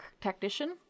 technician